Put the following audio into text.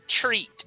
treat